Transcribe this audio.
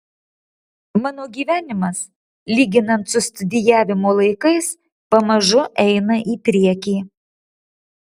mano gyvenimas lyginant su studijavimo laikais pamažu eina į priekį